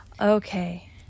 Okay